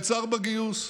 אז ברור שאתה נעצר בגיוס.